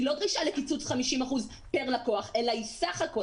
היא לא דרישה לקיצוץ 50 אחוזים פר לקוח אלא היא סך הכול,